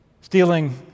stealing